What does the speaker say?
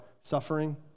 suffering